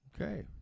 okay